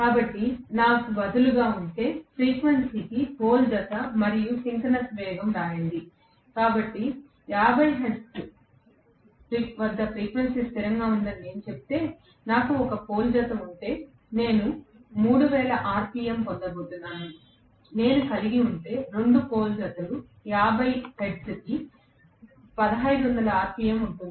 కాబట్టి నాకు బదులుగా ఉంటే ఫ్రీక్వెన్సీకి పోల్ జత మరియు సింక్రోనస్ వేగం రాయండి కాబట్టి 50 హెర్ట్జ్ వద్ద ఫ్రీక్వెన్సీ స్థిరంగా ఉంటుందని నేను చెబితే నాకు 1 పోల్ జత ఉంటే నేను 3000 ఆర్పిఎమ్ పొందబోతున్నాను నేను కలిగి ఉంటే 2 పోల్ జతలు 50 హెర్ట్జ్లకు 1500 ఆర్పిఎమ్ ఉంటుంది